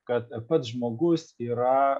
kad pats žmogus yra